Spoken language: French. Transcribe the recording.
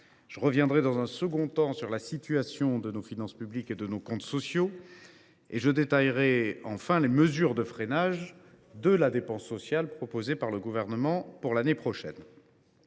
Je reviendrai ensuite sur la situation de nos finances publiques et de nos comptes sociaux. Je détaillerai enfin les mesures de freinage de la dépense sociale proposées par le Gouvernement pour l’année prochaine.